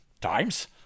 times